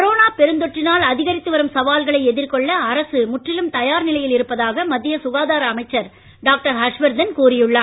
corona பெருந்தொற்றினால் அதிகரித்து வரும் சவால்களை எதிர்கொள்ள அரசு முற்றிலும் தயார் நிலையில் இருப்பதாக மத்திய சுகாதார அமைச்சர் டாக்டர் ஹர்ஷவர்தன் கூறியுள்ளார்